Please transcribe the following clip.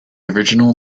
original